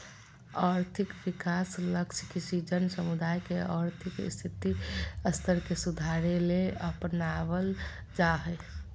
और्थिक विकास लक्ष्य किसी जन समुदाय के और्थिक स्थिति स्तर के सुधारेले अपनाब्ल जा हइ